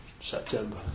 September